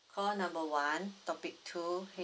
call number one topic two